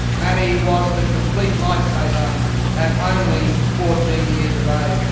matty was the complete lifesaver at only fourteen years of age.